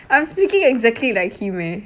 I'm speaking exactly like him eh